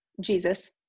Jesus